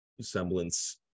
semblance